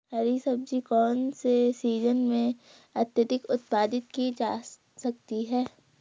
हरी सब्जी कौन से सीजन में अत्यधिक उत्पादित की जा सकती है?